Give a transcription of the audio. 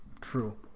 True